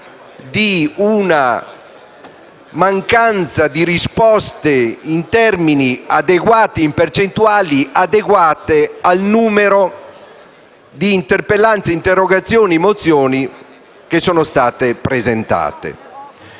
una mancanza di risposte in percentuali adeguate al numero di interpellanze, interrogazioni e mozioni che sono state presentate.